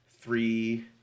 three